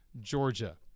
Georgia